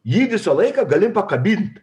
jį visą laiką gali pakabint